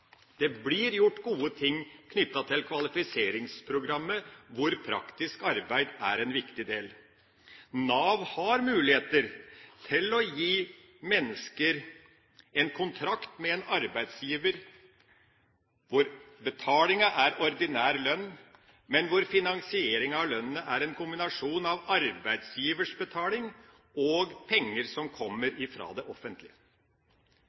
Det blir gjort gode ting knyttet til Kvalifiseringsprogrammet hvor praktisk arbeid er en viktig del. Nav har muligheter til å gi mennesker en kontrakt med en arbeidsgiver hvor betalingen er ordinær lønn, men hvor finansieringen av lønnen er en kombinasjon av arbeidsgivers betaling og penger som kommer fra det offentlige.